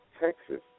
Texas